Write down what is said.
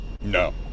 no